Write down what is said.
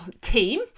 team